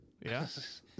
Yes